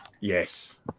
Yes